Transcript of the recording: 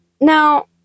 now